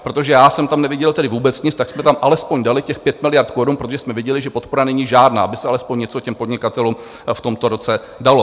Protože já jsem tam neviděl tedy vůbec nic, tak jsme tam alespoň dali těch 5 miliard korun, protože jsme viděli, že podpora není žádná, aby se alespoň něco těm podnikatelům v tomto roce dalo.